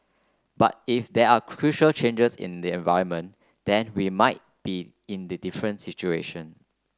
but if there are crucial changes in the environment then we might be in the different situation